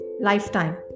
lifetime